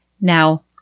Now